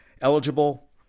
eligible